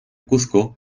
cuzco